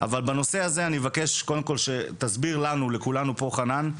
אז אני שקודם כל תסביר לכולנו פה, חנן,